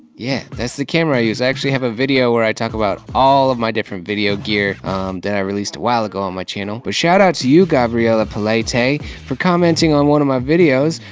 yeah, that's the camera i use, i actually have a video where i talk about all of my different video gear that i released a while ago on my channel. but shoutout to you gabriella polaytay for commenting on one of my videos,